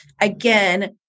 Again